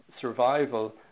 survival